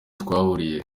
twahuriye